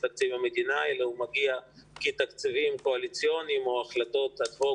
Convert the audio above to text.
תקציב המדינה אלא מגיע כתקציבים קואליציוניים או החלטות אד הוק